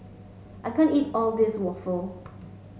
I can't eat all this waffle